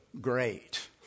great